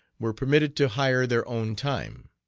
were permitted to hire their own time.